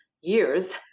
years